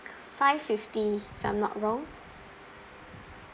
five fifty if I'm not wrong